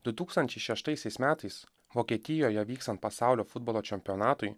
du tūkstančiai šeštaisiais metais vokietijoje vykstant pasaulio futbolo čempionatui